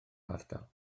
ardal